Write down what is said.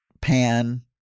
pan